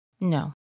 No